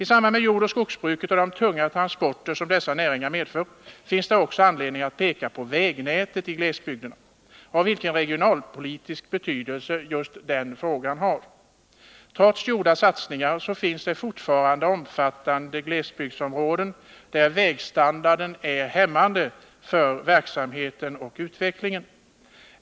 I samband med jordoch skogsbruket och de tunga transporter som dessa näringar medför finns det också anledning att peka på vilken regionalpolitisk betydelse vägnätet i glesbygderna har. Trots gjorda satsningar finns det fortfarande omfattande glesbygdsområden där en låg vägstandard är hämmande för verksamheten och utvecklingen.